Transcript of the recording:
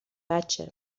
بچه